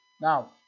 Now